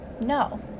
No